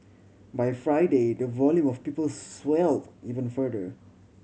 by Friday the volume of people swell even further